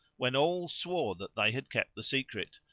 when all swore that they had kept the secret,